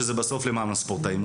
שזה בסוף למען הספורטאים.